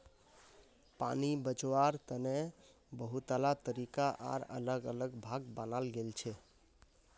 पानी बचवार तने बहुतला तरीका आर अलग अलग भाग बनाल गेल छे